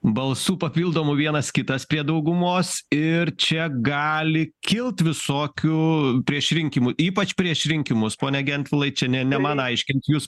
balsų papildomų vienas kitas prie daugumos ir čia gali kilt visokių priešrinkimų ypač prieš rinkimus pone gentvilai čia ne ne man aiškint jūs